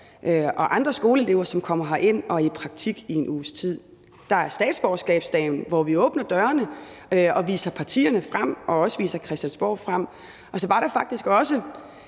og andre skoleelever, som kommer herind og er i praktik i en uges tid. Der er statsborgerskabsdagen, hvor vi åbner dørene og viser partierne frem og også viser Christiansborg frem. Og så var der faktisk også